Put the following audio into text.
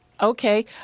Okay